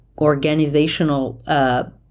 organizational